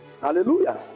hallelujah